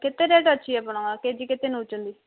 କେତେ ରେଟ୍ ଅଛି ଆପଣଙ୍କର କେଜି କେତେ ନେଉଛନ୍ତି